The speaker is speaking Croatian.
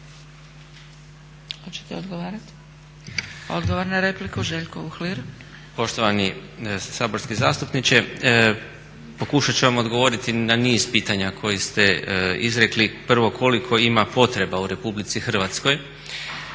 Poštovani saborski zastupniče, pokušat ću vam odgovoriti na niz pitanja koje ste izrekli. Prvo, koliko ima potreba u Republici Hrvatskoj.